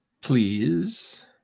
please